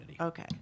Okay